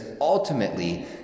ultimately